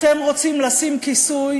אתם רוצים לשים כיסוי